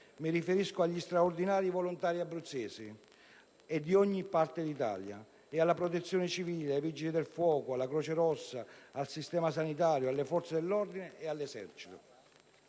Mi riferisco agli straordinari volontari abruzzesi e di ogni parte d'Italia, alla Protezione civile, ai Vigili del fuoco, alla Croce rossa, al sistema sanitario, alle forze dell'ordine e alle